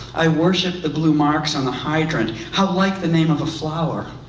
i worship the blue marks on the hydrant how like the name of a flower.